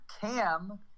Cam